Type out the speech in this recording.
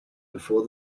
before